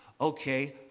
Okay